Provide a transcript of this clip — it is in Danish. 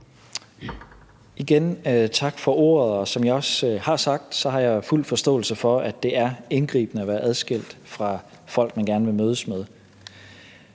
Igen, tak for ordet, og som jeg også har sagt, har jeg fuld forståelse for, at det er indgribende at være adskilt fra folk, man gerne vil mødes med,